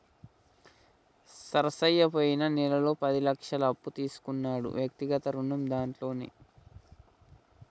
నరసయ్య పోయిన నెలలో పది లక్షల అప్పు తీసుకున్నాడు వ్యక్తిగత రుణం దాంట్లోనే